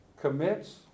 commits